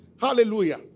Hallelujah